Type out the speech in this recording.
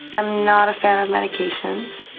i'm not a fan of medications.